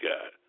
God